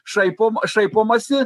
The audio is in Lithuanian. šaipoma šaipomasi